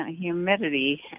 humidity